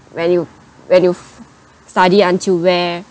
when you when you s~ study until where